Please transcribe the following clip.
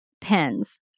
Pens